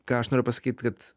ką aš noriu pasakyt kad